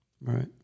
Right